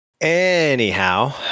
Anyhow